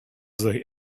they